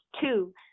two